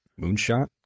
Moonshot